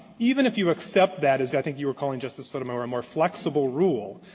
even if you accept that, as i think you were calling, justice sotomayor, a more flexible rule,